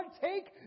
take